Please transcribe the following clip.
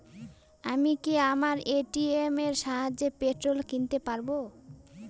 আমি কি আমার এ.টি.এম এর সাহায্যে পেট্রোল কিনতে পারব?